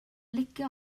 licio